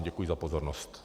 Děkuji za pozornost.